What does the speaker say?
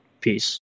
Peace